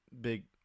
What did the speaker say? big